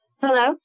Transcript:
Hello